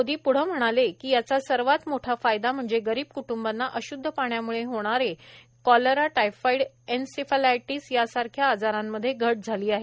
मोदी प्ढ म्हणाले की याचा सर्वात मोठा फायदा म्हणजे गरीब क्ट्ंबांना अशूद्ध पाण्याम्ळे होणारे कॉलरा टायफाइड एन्सेफलायटीस यासारख्या आजारांमध्ये घट झाली आहे